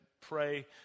pray